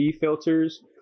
filters